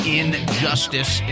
injustice